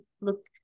look